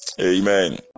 amen